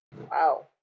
Wow